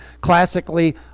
Classically